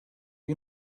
you